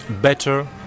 better